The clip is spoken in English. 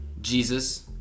Jesus